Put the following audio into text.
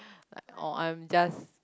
like oh I'm just